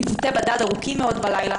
ניווטי בדד ארוכים מאוד בלילה,